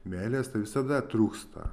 meilės tai visada trūksta